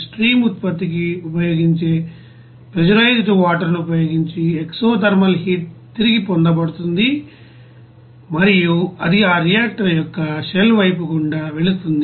stream ఉత్పత్తికి ఉపయోగించే pressurised water ను ఉపయోగించి ఎక్స్తో థర్మల్ హీట్ తిరిగి పొందబడుతుంది మరియు అది ఆ రియాక్టర్ యొక్క షెల్ వైపు గుండా వెళుతుంది